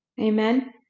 Amen